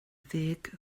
ddeg